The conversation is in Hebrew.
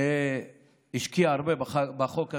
שהשקיעה הרבה בחוק הזה.